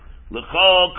l'chol